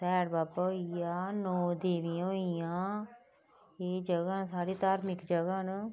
स्याड़ बाबा होई गेआ नौ देबियां होई गेइयां एह् जगह् साढ़ी धार्मिक जगह् न